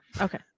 Okay